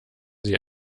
sie